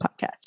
podcast